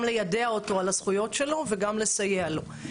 גם ליידע אותו על הזכויות שלו וגם לסייע לו.